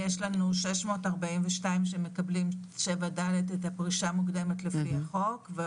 642 מקבלים את הפרישה המוקדמת לפי החוק.